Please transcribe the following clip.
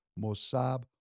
Mossab